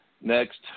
Next